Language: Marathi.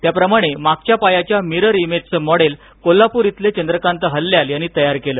त्याप्रमाणे मागच्या पायाच्या मिरर इमेजचं मॉडेल कोल्हाप्र इथले चंद्रकांत हल्याल यांनी तयार केल